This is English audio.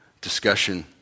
discussion